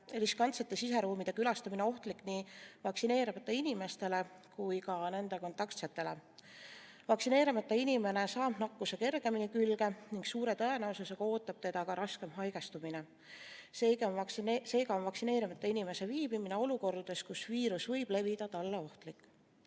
riskantsete siseruumide külastamine ohtlik nii vaktsineerimata inimestele kui ka nende kontaktsetele. Vaktsineerimata inimene saab nakkuse kergemini külge ning suure tõenäosusega ootab teda ka raskem haigestumine. Seega on vaktsineerimata inimese viibimine olukordades, kus viirus võib levida, talle ohtlik.